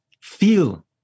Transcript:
feel